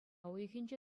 уйӑхӗнче